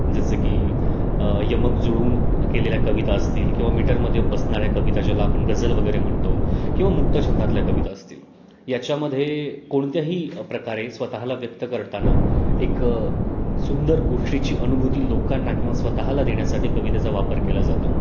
जसं की यमक जुळवून केलेल्या कविता असतील किंवा मीटरमध्ये बसणाऱ्या कविता ज्याला आपण गजल वगैरे म्हणतो किंवा मुक्तछंदातल्या कविता असतील याच्यामध्ये कोणत्याही प्रकारे स्वतःला व्यक्त करताना एक सुंदर गोष्टीची अनुभूती लोकांना किंवा स्वतःला देण्यासाठी कवितेचा वापर केला जातो